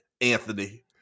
Anthony